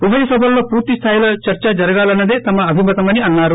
ఉభయ సభల్లో పూర్తిస్థాయిలో చర్చ జరగాలన్న శదే తమ అభిమతమని అన్నారు